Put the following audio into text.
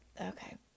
Okay